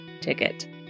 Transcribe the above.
ticket